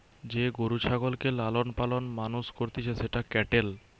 যে গরু ছাগলকে লালন পালন মানুষ করতিছে সেটা ক্যাটেল